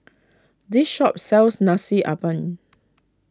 this shop sells Nasi Ambeng